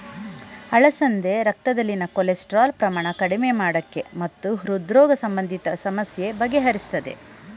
ಅಲಸಂದೆ ರಕ್ತದಲ್ಲಿ ಕೊಲೆಸ್ಟ್ರಾಲ್ ಪ್ರಮಾಣ ಕಡಿಮೆ ಮಾಡಕೆ ಮತ್ತು ಹೃದ್ರೋಗ ಸಂಬಂಧಿತ ಸಮಸ್ಯೆ ಬಗೆಹರಿಸ್ತದೆ